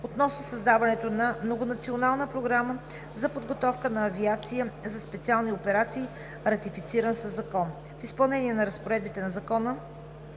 относно създаването на Многонационална програма за подготовка на авиация за специални операции, ратифициран със закон. В изпълнение на разпоредбите на Закона